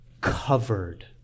covered